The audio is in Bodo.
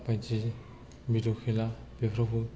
बायदि भिडिअ' खेला बेफ्रावबो